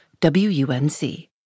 WUNC